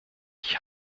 ich